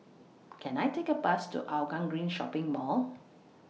Can I Take A Bus to Hougang Green Shopping Mall